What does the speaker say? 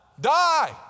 Die